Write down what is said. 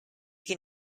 can